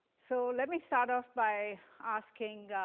so let me start off by asking,